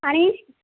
आणि